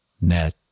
net